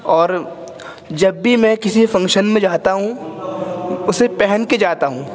اور جب بھی میں کسی فنکشن میں جاتا ہوں اسے پہن کے جاتا ہوں